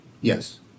Yes